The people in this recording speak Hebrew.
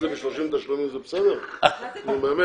זו נקודה